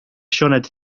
sioned